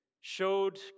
showed